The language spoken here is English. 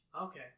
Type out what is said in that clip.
Okay